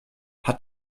hat